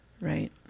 Right